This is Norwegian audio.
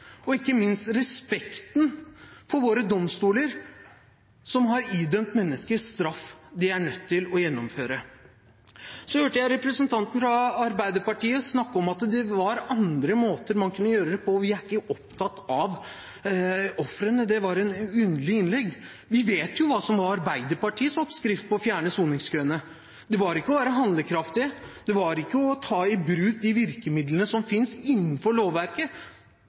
og, ikke minst, aldri respekten for våre domstoler som har idømt mennesker straff de er nødt til å gjennomføre. Så hørte jeg representanten fra Arbeiderpartiet snakke om at det var andre måter man kunne gjøre det på, og at vi ikke er opptatt av ofrene. Det var et underlig innlegg. Vi vet hva som var Arbeiderpartiets oppskrift på å fjerne soningskøene. Det var ikke å være handlekraftig, det var ikke å ta i bruk de virkemidlene som finnes innenfor lovverket.